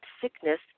sickness